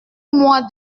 moi